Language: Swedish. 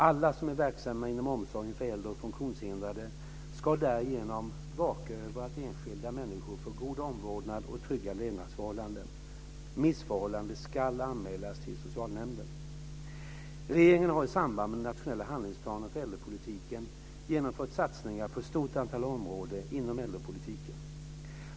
Alla som är verksamma inom omsorgen för äldre och funktionshindrade ska därigenom vaka över att enskilda människor får god omvårdnad och trygga levnadsförhållanden. Missförhållanden ska anmälas till socialnämnden. Regeringen har i samband med den nationella handlingsplanen för äldrepolitiken genomfört satsningar på ett stort antal områden inom äldrepolitiken.